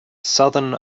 southern